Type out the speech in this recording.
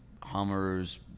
Hummers